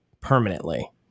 permanently